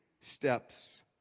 steps